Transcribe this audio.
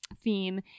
theme